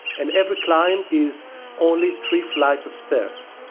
and every climb is only three flights of stairs,